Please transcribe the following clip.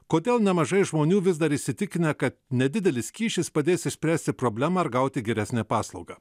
kodėl nemažai žmonių vis dar įsitikinę kad nedidelis kyšis padės išspręsti problemą ar gauti geresnę paslaugą